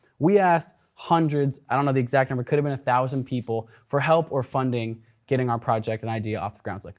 we asked hundreds, i don't know the exact number, could've been a thousand people for help or funding getting our project and idea off the ground. like